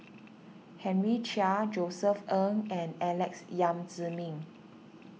Henry Chia Josef Ng and Alex Yam Ziming